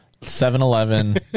7-Eleven